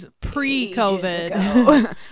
pre-COVID